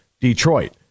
Detroit